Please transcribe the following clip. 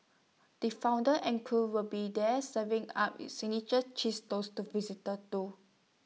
the founder and crew will be there serving up its signature cheese toast to visitors too